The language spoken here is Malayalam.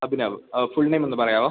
അഭിനവ് ഓ ഫുൾ നേമൊന്ന് പറയാമോ